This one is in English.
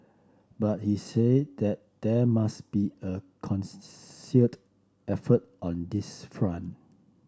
but he said that there must be a concerted effort on this front